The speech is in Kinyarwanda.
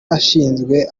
ashinzwe